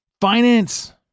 Finance